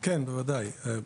שנאמרו פה.